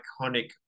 iconic